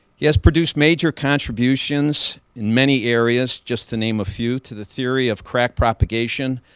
he has produced major contributions in many areas. just to name a few to the theory of crack propagation,